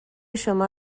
شما